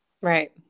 Right